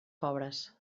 pobres